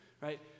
right